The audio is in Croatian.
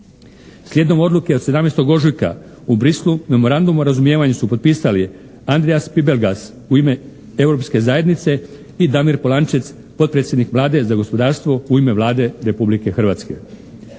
Slijedom odluke od 17. ožujka u Bruxellesu Memorandum o razumijevanju su potpisali Andrias Pibelgas u ime Europske zajednice i Damir Polančec, potpredsjednik Vlade za gospodarstvo u ime Vlade Republike Hrvatske.